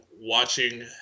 watching